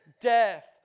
Death